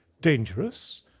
dangerous